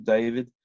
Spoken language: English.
David